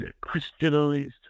Christianized